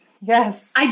Yes